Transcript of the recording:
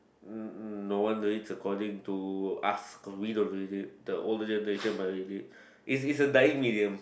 n~ no wonder it's according to us cause we don't use it the older generation might use it it's it's a dying William